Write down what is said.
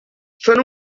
són